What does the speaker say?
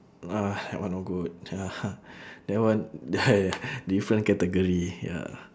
ah that one no good that one I different category ya